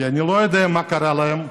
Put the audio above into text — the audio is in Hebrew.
אני לא יודע מה קרה להם,